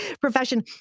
profession